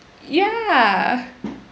ya